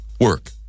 Work